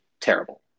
terrible